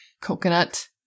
coconut